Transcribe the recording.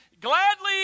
gladly